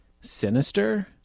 sinister